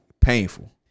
painful